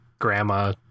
grandma